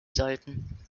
sollten